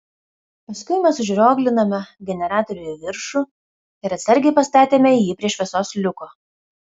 paskui mes užrioglinome generatorių į viršų ir atsargiai pastatėme jį prie šviesos liuko